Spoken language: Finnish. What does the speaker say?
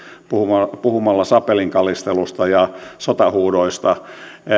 puhumalla puhumalla sapelinkalistelusta ja sotahuudoista